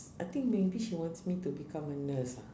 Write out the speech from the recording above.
I think maybe wants me to become a nurse lah